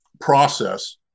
process